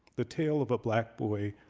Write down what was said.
the tale of a black boy,